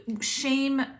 shame